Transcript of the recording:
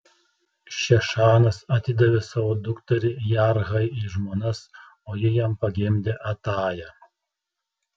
šešanas atidavė savo dukterį jarhai į žmonas o ji jam pagimdė atają